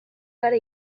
gara